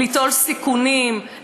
ליטול סיכונים,